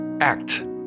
act